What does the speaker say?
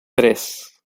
tres